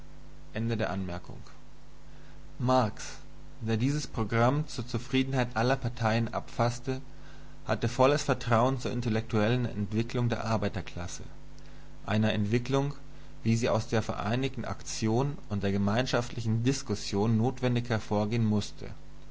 marx der dieses programm zur zufriedenheit aller parteien abfaßte hatte volles vertrauen zur intellektuellen entwicklung der arbeiterklasse einer entwicklung wie sie aus der vereinigten aktion und der gemeinschaftlichen diskussion notwendig hervorgehn mußte